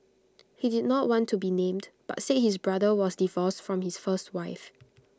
he did not want to be named but said his brother was divorced from his first wife